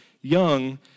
young